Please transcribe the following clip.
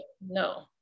No